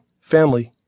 family